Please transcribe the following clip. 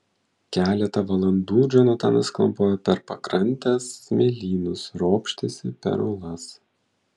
keletą valandų džonatanas klampojo per pakrantės smėlynus ropštėsi per uolas